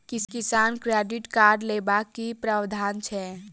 किसान credit card लेबाक की प्रावधान छै?